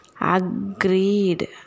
agreed